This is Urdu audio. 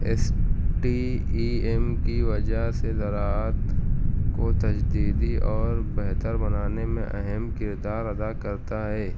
ایس ٹی ای ایم کی وجہ سے زراعت کو تجدیدی اور بہتر بنانے میں اہم کردار ادا کرتا ہے